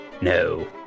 No